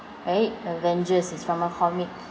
right avengers is from a comic